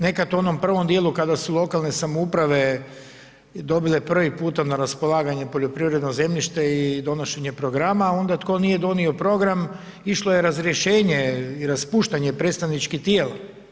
Nekad u onom prvom djelu kada su lokalne samouprave dobile prvi puta na raspolaganje poljoprivredno zemljište i donošenje programa onda tko nije donio program išlo je razrješenje i raspuštanje predstavničkih tijela.